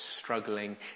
struggling